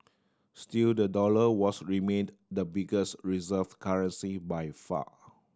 still the dollar was remained the biggest reserve currency by far